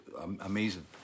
amazing